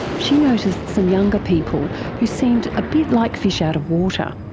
she noticed some younger people who seemed a bit like fish out of water.